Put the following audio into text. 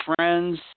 friends